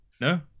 No